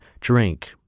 drink